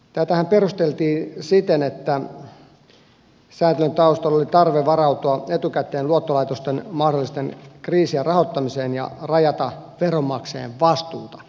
tätähän perusteltiin siten että säätelyn taustalla oli tarve varautua etukäteen luottolaitosten mahdollisten kriisien rahoittamiseen ja rajata veronmaksajien vastuuta